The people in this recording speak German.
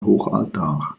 hochaltar